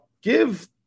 Give